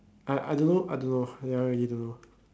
I I don't know I don't know that one really don't know